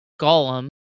golem